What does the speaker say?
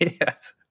Yes